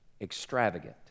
extravagant